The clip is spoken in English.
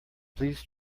please